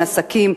"עסקים",